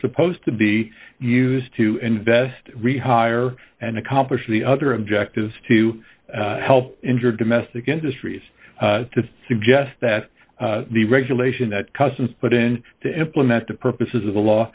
supposed to be used to invest rehire and accomplish the other objectives to help injured domestic industries to suggest that the regulation that customs but in to implement the purposes of the law